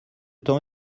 temps